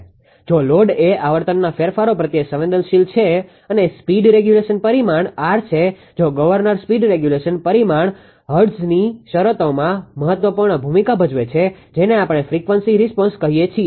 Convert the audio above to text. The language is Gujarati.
જો લોડ એ આવર્તનના ફેરફારો પ્રત્યે સંવેદનશીલ છે અને સ્પીડ રેગ્યુલેશન પરિમાણ R છે જે ગવર્નર સ્પીડ રેગ્યુલેશન પરિમાણ હર્ટ્ઝની શરતોમાં મહત્વપૂર્ણ ભૂમિકા ભજવે છે જેને આપણે ફ્રીક્વન્સી રિસ્પોન્સ કહીએ છીએ